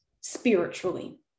spiritually